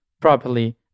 properly